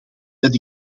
dat